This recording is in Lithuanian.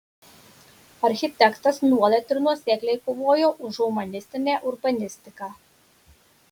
architektas nuolat ir nuosekliai kovojo už humanistinę urbanistiką